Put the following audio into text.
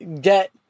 get